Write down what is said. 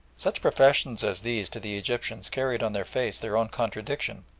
such professions as these to the egyptians carried on their face their own contradiction,